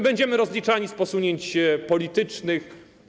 Będziemy rozliczani z posunięć politycznych.